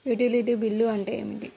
Utility bill అంటే ఏమిటి?